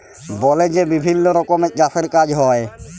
বলে যে বিভিল্ল্য রকমের চাষের কাজ হ্যয়